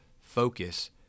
focus